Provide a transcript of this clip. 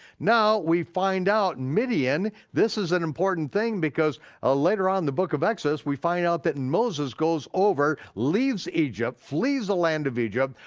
now, we find out midian, this is an important thing because ah later on in the book of exodus, we find out that and moses goes over, leaves egypt, flees the land of egypt,